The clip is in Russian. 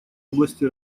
области